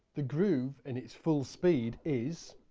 the groove in its full speed is.